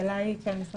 נמצא